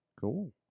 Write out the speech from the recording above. Cool